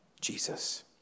Jesus